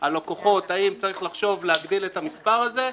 הלקוחות אם צריך להגדיל את המספר הזה,